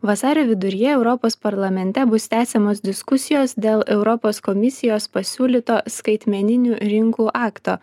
vasario viduryje europos parlamente bus tęsiamos diskusijos dėl europos komisijos pasiūlyto skaitmeninių rinkų akto